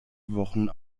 wochen